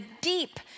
deep